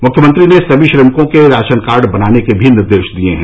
मुख्यमंत्री ने सभी श्रमिकों के राशन कार्ड बनाने के भी निर्देश दिए हैं